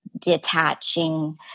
detaching